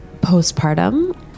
postpartum